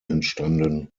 entstanden